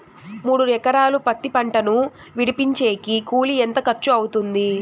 మూడు ఎకరాలు పత్తి పంటను విడిపించేకి కూలి ఎంత ఖర్చు అవుతుంది?